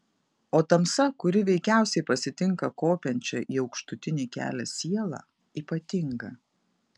o tamsa kuri veikiausiai pasitinka kopiančią į aukštutinį kelią sielą ypatinga